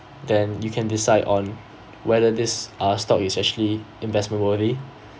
then you can decide on whether this ah stock is actually investment worthy